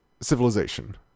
Civilization